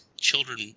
children